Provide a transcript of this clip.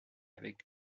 avec